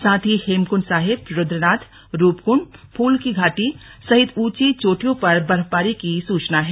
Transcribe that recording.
साथ ही हेमकुंड साहिब रुद्रनाथ रूपकुंड फूलों की घाटी सहित ऊंची चोटियों पर बर्फबारी की सूचना है